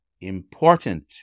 Important